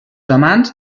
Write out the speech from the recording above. amants